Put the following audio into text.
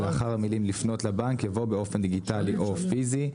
לאחר המילים "לפנות לבנק" יבוא "באופן דיגיטלי או פיזי".